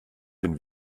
den